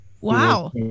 wow